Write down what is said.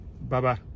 Bye-bye